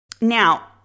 Now